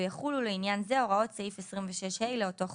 ויחולו לעניין זה הוראות סעיף 26ה לאותו חוק".